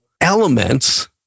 elements